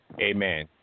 Amen